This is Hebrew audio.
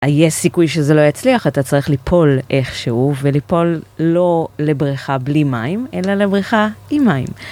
יש סיכוי שזה לא יצליח, אתה צריך ליפול איכשהו, וליפול לא לבריכה בלי מים, אלא לבריכה עם מים.